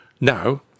now